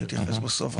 אני אתייחס בסוף.